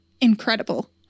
Incredible